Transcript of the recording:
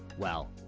well,